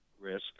risk